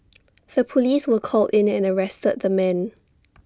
the Police were called in and arrested the man